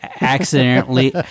accidentally